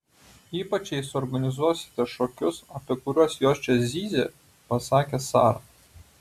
ypač jei suorganizuosite šokius apie kuriuos jos čia zyzė pasakė sara